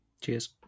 Cheers